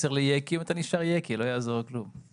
שהתהליכים מתחילים הרבה קודם.